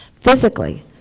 physically